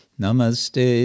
namaste